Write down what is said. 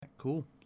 Cool